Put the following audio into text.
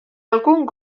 algun